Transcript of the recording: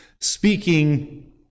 speaking